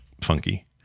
funky